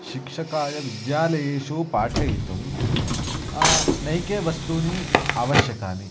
शिक्षकाय विद्यालयेषु पाठयितुं नैके वस्तूनि आवश्यकानि